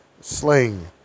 sling